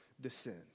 descend